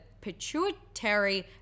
pituitary